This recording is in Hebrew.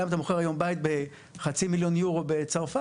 גם אתה מוכר היום בית בחצי מיליון יורו בצרפת,